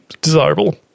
desirable